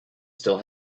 still